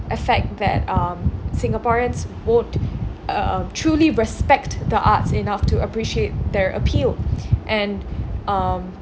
affect that um singaporeans won't uh truly respect the arts enough to appreciate their appeal and um